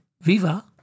viva